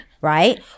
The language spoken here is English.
right